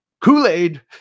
Kool-Aid